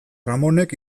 ramonek